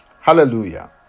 Hallelujah